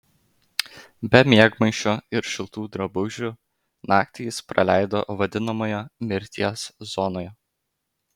be miegmaišio ir šiltų drabužių naktį jis praleido vadinamojoje mirties zonoje